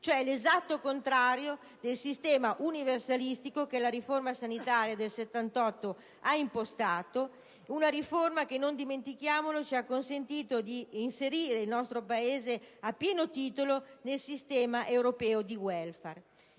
l'esatto contrario del sistema universalistico che la riforma sanitaria del 1978 ha impostato, riforma che, non dimentichiamolo, ci ha consentito di inserire il nostro Paese a pieno titolo nel sistema europeo di *welfare*.